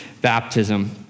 baptism